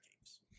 games